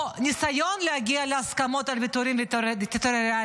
או ניסיון להגיע להסכמות על ויתורים טריטוריאליים.